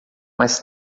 mais